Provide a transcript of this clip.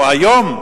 היום,